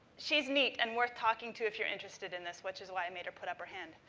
she's neat and worth talking to if you're interested in this, which is why i made her put up her hand.